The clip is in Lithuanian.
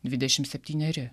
dvidešim septyneri